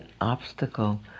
obstacle